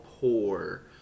poor